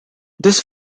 this